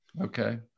Okay